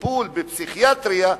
בטיפול בפסיכיאטריה,